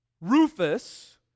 Rufus